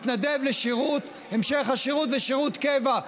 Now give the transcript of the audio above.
מתנדב להמשך השירות ושירות קבע,